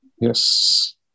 Yes